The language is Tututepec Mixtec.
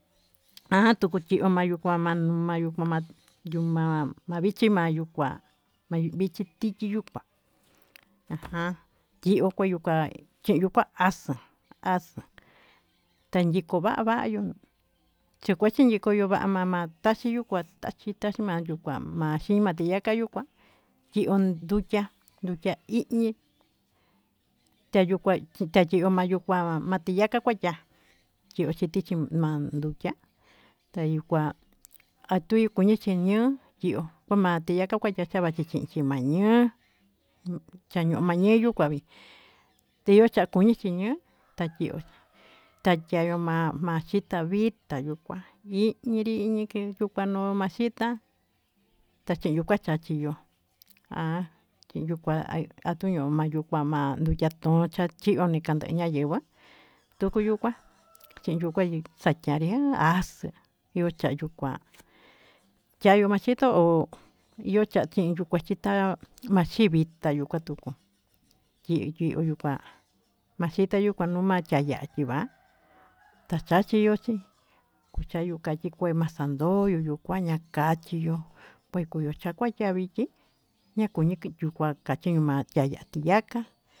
Ha'a tuku chió mayukuan ma'a mayukuan ma'a mavichpi mayuu kuan, ma'a vichí tichí mayukuán ajan iho kuyuu kuá chiyuu kuan axa'a axa'a tayikon va'a vayuu chikuachi nikoyo, ma'a mama taxii yuu kuá taxii ma'a kuá maxhi matiyaka yuu kuá ihon nduchiá nducha i'ñii tayiokua tayio mayukua ma'a tiyaka kuachiá, yochin tichi mandukiá tayuu kua atui tanachin nió yo'o tiña tiyaka kuatava machichin achimaño'ó chañoo maneyo kuaví tekucha kuñii chiñuu takió, tachayo ma'a ma'a xhita vii tayukuá hiñe intike yuu kuá ano'o maxhita tachí yo'o makaxhi yo'o ha xhiñokua atiño yuu xhiño'o kuá ma'a nduka tonxhia chi ho nikandeniá yenguá tukuu yuu kuá cheyu kuanyu chañanrá hace yuu chayuu kuá chayió maxhitó hó iho cha'a tin kua yuu kachita'a maxhivita yuuu kuá tukuu kii yii uyuu kuá maxhitañu kua ñuña taya'á yii va'a tachachí yo'o tachí kuchino tikué maxan ndodió yuu kua nakachiyo kue kuyu yo kuacha chavii chí ñakuni yuu kuá kachima'a yaya tiyaká.